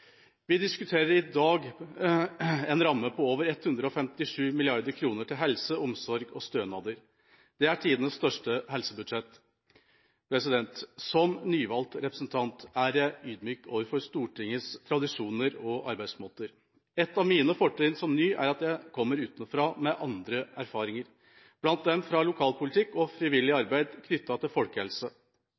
Vi diskuterer i dag en ramme på over 157 mrd. kr til helse, omsorg og stønader. Det er tidenes største helsebudsjett Som nyvalgt representant er jeg ydmyk overfor Stortingets tradisjoner og arbeidsmåter. Et av mine fortrinn som ny er at jeg kommer utenfra med andre erfaringer – bl.a. fra lokalpolitikk og frivillig arbeid knyttet til folkehelse.